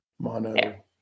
Mono